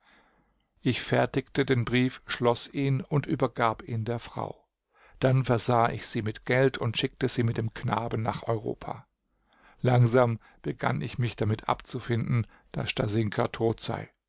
ich fertigte den brief schloß ihn und übergab ihn der frau dann versah ich sie mit geld und schickte sie mit dem knaben nach europa langsam begann ich mich damit abzufinden daß stasinka tot sei